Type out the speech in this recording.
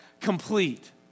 complete